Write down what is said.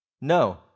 No